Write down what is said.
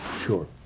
Sure